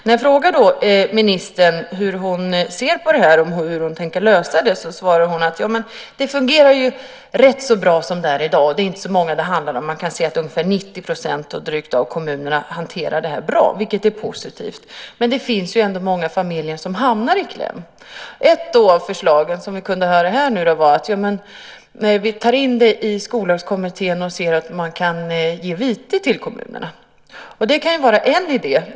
När jag frågor ministern hur hon ser på det och hur hon tänker lösa det svarar hon: Det fungerar ju rätt så bra som det är i dag. Det är inte så många det handlar om. Man kan se att ungefär 90 % av kommunerna och drygt det hanterar det bra. Det är positivt. Men det finns ändå många familjer som hamnar i kläm. En av de saker vi kunde höra här var att Skollagskommittén föreslagit att man kan ge vite till kommunerna. Det kan vara en idé.